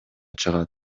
чыгат